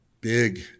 big